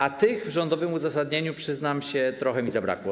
A tych w rządowym uzasadnieniu, przyznam się, trochę mi zabrakło.